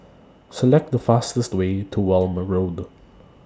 Select The fastest Way to Welm Road